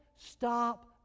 stop